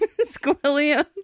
Squilliam